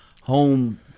home